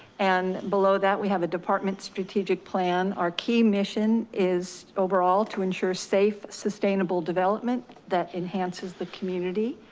and below that we have a department strategic plan. our key mission is overall to ensure safe, sustainable development that enhances the community.